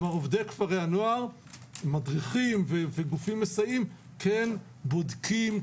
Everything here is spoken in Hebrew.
כלומר עובדי כפרי הנוער מדריכים וגופים מסייעים - כן בודקים,